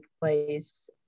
place